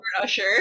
Usher